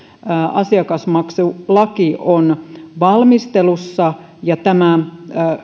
asiakasmaksulaki on valmistelussa ja tämä